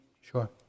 sure